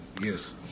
Yes